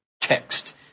Text